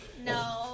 No